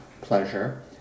pleasure